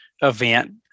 event